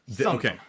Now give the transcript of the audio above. Okay